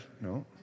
No